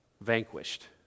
vanquished